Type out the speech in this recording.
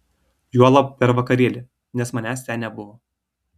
juolab per vakarėlį nes manęs ten nebuvo